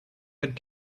had